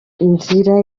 inzira